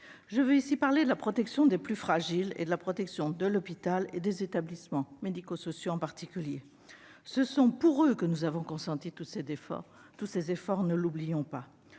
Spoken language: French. Je veux plutôt parler de la protection des plus fragiles, ainsi que de la protection de l'hôpital et des établissements médico-sociaux en particulier. C'est pour eux que nous avons consenti tous ces efforts ; ne l'oublions pas